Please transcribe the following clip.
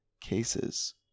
cases